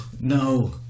No